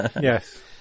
Yes